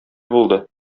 булды